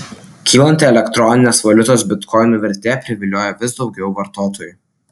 kylanti elektroninės valiutos bitkoinų vertė privilioja vis daug vartotojų